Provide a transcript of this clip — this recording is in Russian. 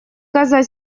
коза